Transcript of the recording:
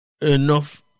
enough